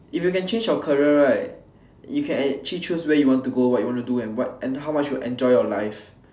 if you can change your career right you can actually chose where you go what you want to do and what and how much you enjoy your life